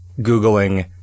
Googling